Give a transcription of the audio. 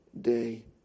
day